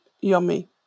Yummy